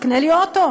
אקנה לי אוטו.